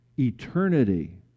Eternity